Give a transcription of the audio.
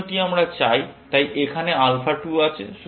প্রশ্নটি আমরা চাই তাই এখানে আলফা 2 আছে